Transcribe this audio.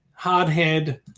Hardhead